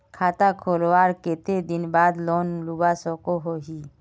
खाता खोलवार कते दिन बाद लोन लुबा सकोहो ही?